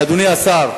ואדוני השר,